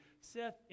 Seth